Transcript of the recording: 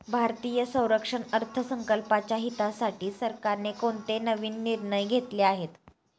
भारतीय संरक्षण अर्थसंकल्पाच्या हितासाठी सरकारने कोणते नवीन निर्णय घेतले आहेत?